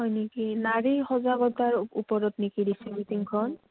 হয় নেকি নাৰী সজাগতাৰ ওপৰত নেকি দিছে মিটিংখন